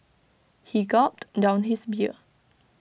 he gulped down his beer